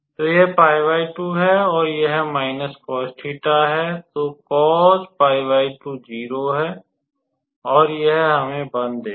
तो यह 𝜋2 है और यह −𝑐𝑜𝑠𝜃 है तो 𝑐𝑜𝑠𝜋2 0 है और यह हमें 1 देगा